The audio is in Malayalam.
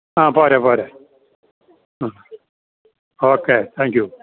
ആ പോരെ പോരെ ആ ഓക്കെ താങ്ക് യൂ